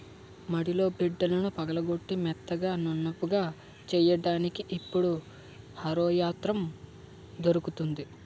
మడిలో బిడ్డలను పగలగొట్టి మెత్తగా నునుపుగా చెయ్యడానికి ఇప్పుడు హరో యంత్రం దొరుకుతుంది